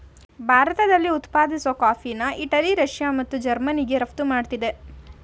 ಭಾರತದಲ್ಲಿ ಉತ್ಪಾದಿಸೋ ಕಾಫಿನ ಇಟಲಿ ರಷ್ಯಾ ಮತ್ತು ಜರ್ಮನಿಗೆ ರಫ್ತು ಮಾಡ್ತಿದೆ